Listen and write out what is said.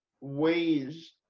ways